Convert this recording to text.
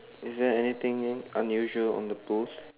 is there anything in unusual on the post